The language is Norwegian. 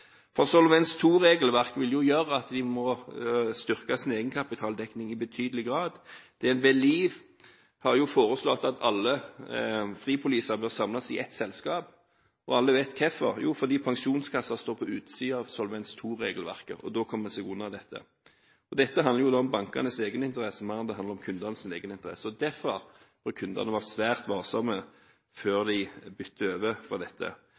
forpliktelser. Solvens II-regelverket vil gjøre at de må styrke sin egenkapitaldekning i betydelig grad. DNB Liv har foreslått at alle fripoliser bør samles i ett selskap, og alle vet hvorfor: fordi Pensjonskassen står på utsiden av Solvens II-regelverket, og da kommer en seg unna dette. Dette handler mer om bankenes enn om kundenes egeninteresse, og derfor bør kundene være svært varsomme før de bytter over til dette.